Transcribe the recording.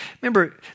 Remember